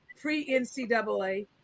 pre-NCAA